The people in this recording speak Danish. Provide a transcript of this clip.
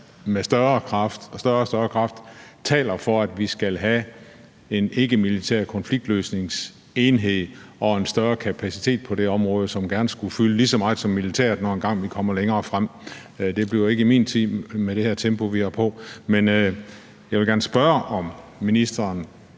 med større og større kraft taler for, at vi skal have en ikkemilitær konfliktløsningsenhed og en større kapacitet på det område, som gerne skulle fylde lige så meget som militæret, når vi engang kommer længere frem. Det bliver ikke i min tid med det her tempo, vi har på, men jeg vil gerne spørge, om ministeren